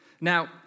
Now